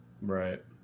right